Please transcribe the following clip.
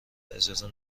اجازه